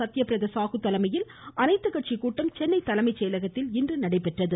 சத்திய பிரதா சாகு தலைமையில் அனைத்துக் கட்சிக் கூட்டம் சென்னை தலைமைச் செயலகத்தில் இன்று நடைபெற்றது